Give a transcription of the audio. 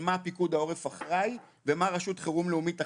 מה פיקוד העורף אחראי ומה רשות לאומית אחראית.